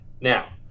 Now